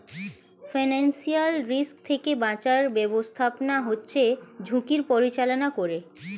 financial risk থেকে বাঁচার ব্যাবস্থাপনা হচ্ছে ঝুঁকির পরিচালনা করে